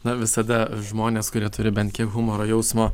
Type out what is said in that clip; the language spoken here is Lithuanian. na visada žmonės kurie turi bent kiek humoro jausmo